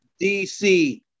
DC